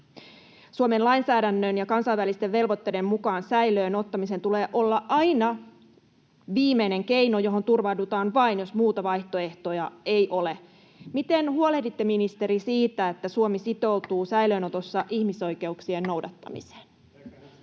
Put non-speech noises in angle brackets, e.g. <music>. Suomen lainsäädännön ja kansainvälisten velvoitteiden mukaan säilöön ottamisen tulee olla aina viimeinen keino, johon turvaudutaan vain, jos muuta vaihtoehtoa ei ole. Ministeri, miten huolehditte siitä, <noise> että Suomi sitoutuu säilöönotossa ihmisoikeuksien noudattamiseen? [Ben